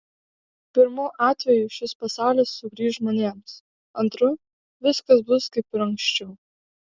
pirmu atveju šis pasaulis sugrįš žmonėms antru viskas bus kaip ir anksčiau